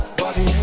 body